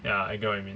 ya I get what you mean